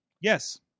yes